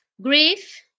Grief